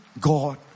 God